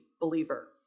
believer